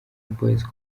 boyz